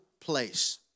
place